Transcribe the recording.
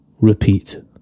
repeat